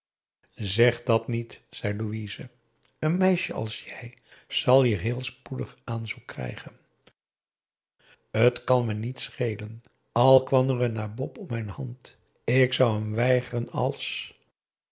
zeg dat niet zei louise een meisje als jij zal hier heel spoedig aanzoek krijgen het kan me niets schelen al kwam er een nabob om mijn hand ik zou hem weigeren als